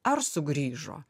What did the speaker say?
ar sugrįžo